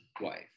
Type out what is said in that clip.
wife